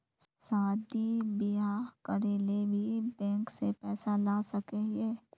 शादी बियाह करे ले भी बैंक से पैसा ला सके हिये?